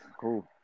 Cool